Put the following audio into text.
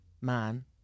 man